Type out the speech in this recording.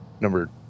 number